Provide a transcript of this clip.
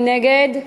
מי נגד?